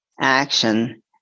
action